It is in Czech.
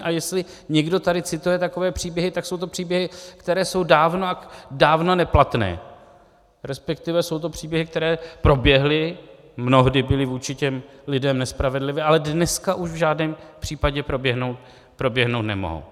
A jestli někdo tady cituje takové příběhy, tak jsou to příběhy, které jsou dávno, ale dávno neplatné, resp. jsou to příběhy, které proběhly, mnohdy byly vůči těm lidem nespravedlivé, ale dneska už v žádném případě proběhnout nemohou.